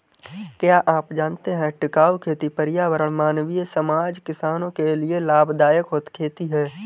क्या आप जानते है टिकाऊ खेती पर्यावरण, मानवीय समाज, किसानो के लिए लाभदायक खेती है?